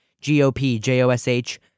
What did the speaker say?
G-O-P-J-O-S-H